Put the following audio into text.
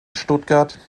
stuttgart